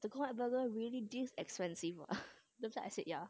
the corn up burger really this expensive ah after that I say ya